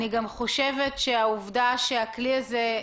אני גם חושבת שהעובדה שהכלי הזה,